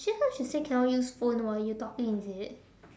just now she say cannot use phone while you talking is it